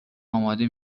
اماده